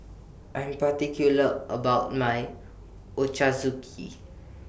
I'm particular about My Ochazuke